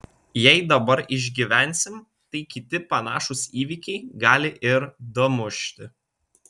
jei dabar išgyvensim tai kiti panašūs įvykiai gali ir damušti